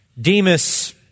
Demas